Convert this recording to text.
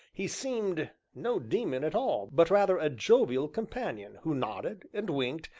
he seemed no daemon at all, but rather, a jovial companion who nodded, and winked,